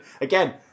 again